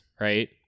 right